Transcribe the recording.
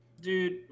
Dude